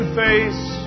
face